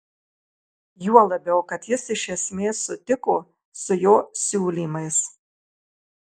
juo labiau kad jis iš esmės sutiko su jo siūlymais